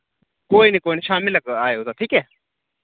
कोई निं कोई निं शामी बेल्लै आएओ ता ठीक ऐ